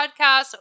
Podcast